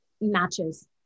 matches